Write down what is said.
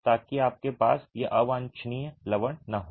ताकि आपके पास ये अवांछनीय लवण न हों